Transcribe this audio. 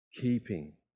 keeping